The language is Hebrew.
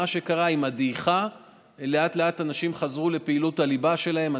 מה שקרה זה שעם הדעיכה אנשים חזרו לאט-לאט לפעילות הליבה שלהם.